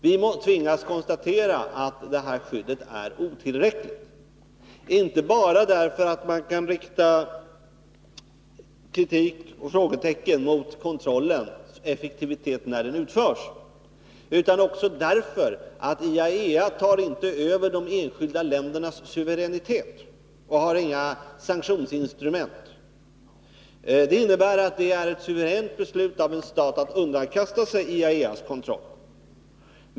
Vi tvingas konstatera att det här skyddet är otillräckligt, inte bara därför att man kan rikta kritik mot kontrollen och — när den utförs — sätta frågetecken när det gäller dess effektivitet, utan också därför att IAEA inte tar över de enskilda ländernas suveränitet och inte har några sanktionsinstrument. Det innebär att det är ett suveränt beslut av en stat att underkasta sig IAEA:s kontroll.